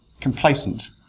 complacent